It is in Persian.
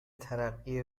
ترقی